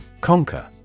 Conquer